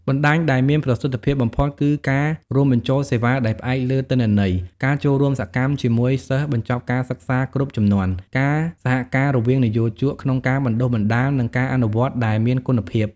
បណ្ដាញដែលមានប្រសិទ្ធភាពបំផុត គឺការរួមបញ្ចូលសេវាដែលផ្អែកលើទិន្នន័យ ការចូលរួមសកម្មជាមួយសិស្សបញ្ចប់ការសិក្សាគ្រប់ជំនាន់ ការសហការរវាងនិយោជកក្នុងការបណ្តុះបណ្តាល និងការអនុវត្តដែលមានគុណភាព។